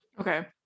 Okay